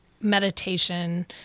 meditation